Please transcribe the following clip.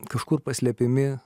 kažkur paslepiami